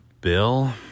Bill